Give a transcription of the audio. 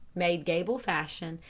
made gable fashion,